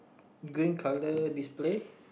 green colour display